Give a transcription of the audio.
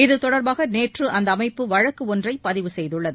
இத்தொடர்பாக நேற்று அந்த அமைப்பு வழக்கு ஒன்றை பதிவு செய்துள்ளது